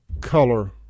color